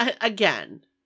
again